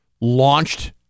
launched